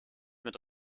mit